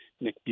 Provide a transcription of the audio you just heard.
Nick